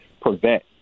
prevent